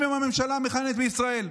לא מסכימים עם הממשלה המכהנת בישראל.